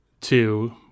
two